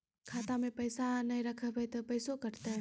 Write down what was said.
खाता मे पैसा ने रखब ते पैसों कटते?